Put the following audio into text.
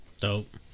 Dope